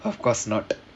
of course not